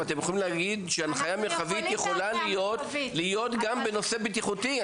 אתם יכולים להגיד שהנחיה מרחבית יכולה להיות גם בנושא בטיחותי.